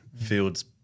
field's